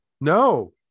no